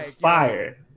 fire